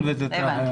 התעכב.